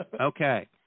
Okay